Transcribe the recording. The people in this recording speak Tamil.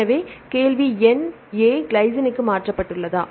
எனவே கேள்வி எண் A கிளைசினுக்கு மாற்றப்பட்டுள்ளதா